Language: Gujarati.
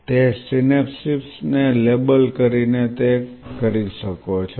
તે સિનેપ્સ ને લેબલ કરીને તે કરી શકો છો